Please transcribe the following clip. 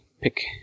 pick